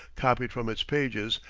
copied from its pages,